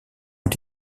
ont